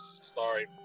sorry